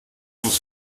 muss